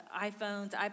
iPhones